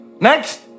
Next